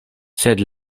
sed